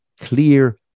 clear